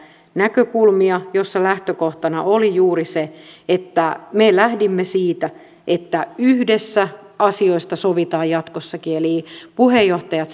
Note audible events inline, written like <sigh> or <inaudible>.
näkökulmia joissa lähtökohtana oli juuri se että me lähdimme siitä että yhdessä asioista sovitaan jatkossakin eli puheenjohtajat <unintelligible>